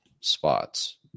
spots